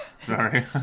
Sorry